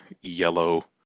yellow